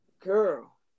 girl